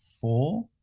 four